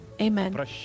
Amen